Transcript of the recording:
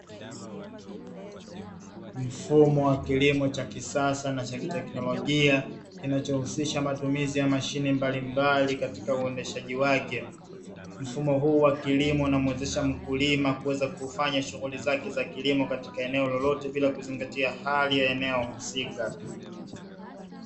Mfumo wa kilimo cha kisasa na cha kiteknolojia, kinachohusisha matumizi ya mashine mbalimbali katika uendeshaji wake. Mfumo huu wa kilimo unamuwezesha mkulima kuweza kufanya shughuli zake za kilimo katika eneo lolote, bila kuzingatia hali ya eneo husika.